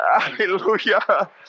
Hallelujah